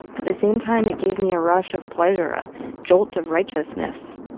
at the same time it gave me a rush of pleasure, a jolt of righteousness.